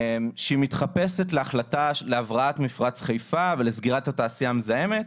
היא מתחפשת להחלטה על הבראת מפרץ חיפה ולסגירת התעשייה המזהמת,